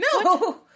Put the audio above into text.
No